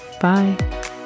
Bye